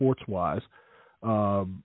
sports-wise